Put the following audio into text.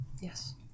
Yes